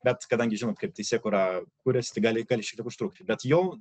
bet kadangi žinot kaip teisėkūra kurias tai gali gali šiek tiek užtrukti bet jau